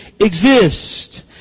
exist